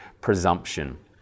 presumption